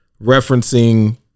referencing